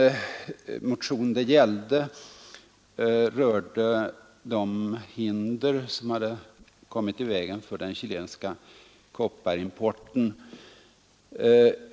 Vår motion 346 rör de hinder som kom i vägen för den chilenska kopparexporten.